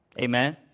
Amen